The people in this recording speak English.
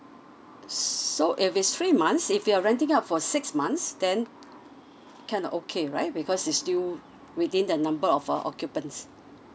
so if it's three months if you're renting out for six months then can okay right because it's still within the number of uh occupants